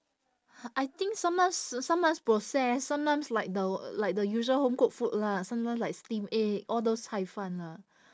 I think sometimes sometimes processed sometimes like the like the usual home cooked food lah sometimes like steam egg all those cai fan lah